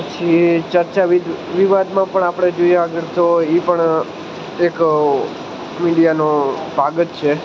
પછી ચર્ચા વિ વિવાદમાં પણ આપણે જોઈએ આગળ તો એ પણ એક મીડિયાનો ભાગ જ છે